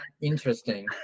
interesting